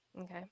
Okay